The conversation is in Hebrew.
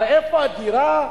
איפה הדירה?